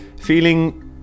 feeling